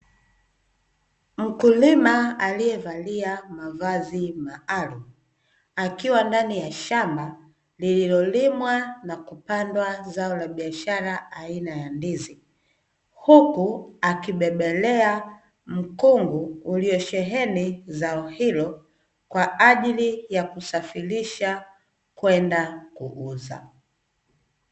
Mkulima aliye valia mavazi maalumu, akiwa ndani ya shamba lililo limwa na kupandwa zao la biashara aina ya ndizi, huku akibebelea mkungu ulio sheheni zao hilo kwa ajili ya kusafirisha kwenda kuuguza.